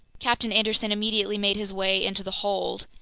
captain anderson immediately made his way into the hold.